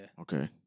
Okay